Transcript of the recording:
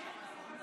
לך.